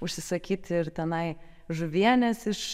užsisakyt ir tenai žuvienės iš